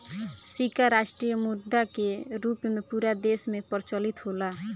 सिक्का राष्ट्रीय मुद्रा के रूप में पूरा देश में प्रचलित होला